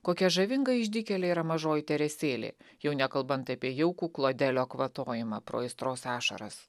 kokia žavinga išdykėlė yra mažoji teresėlė jau nekalbant apie jaukų klodelio kvatojimą pro aistros ašaras